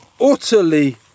utterly